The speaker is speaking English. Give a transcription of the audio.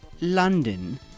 London